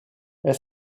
est